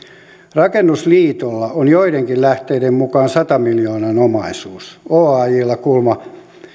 rakennusliitolla on joidenkin lähteiden mukaan sadan miljoonan omaisuus oajlla kuuleman